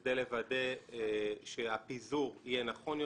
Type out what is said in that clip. בכדי לוודא שהפיזור יהיה נכון יותר,